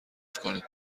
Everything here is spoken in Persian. کنید